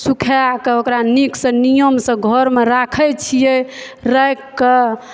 सूखाकऽ ओकरा नीक सॅं नियम सॅं घरमे राखै छियै राखि कऽ